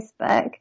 Facebook